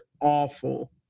awful